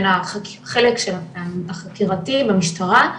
בין החלק של החקירתי במשטרה,